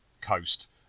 coast